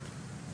כן.